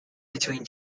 between